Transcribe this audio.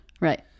Right